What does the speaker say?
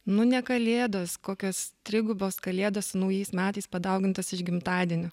nu ne kalėdos kokios trigubos kalėdos su naujais metais padaugintos iš gimtadienio